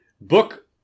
book